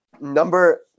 Number